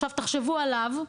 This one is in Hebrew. עכשיו תחשבו עליו,